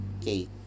Okay